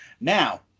Now